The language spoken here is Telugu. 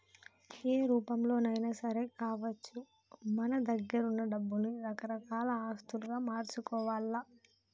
ఏ రూపంలోనైనా సరే కావచ్చు మన దగ్గరున్న డబ్బుల్ని రకరకాల ఆస్తులుగా మార్చుకోవాల్ల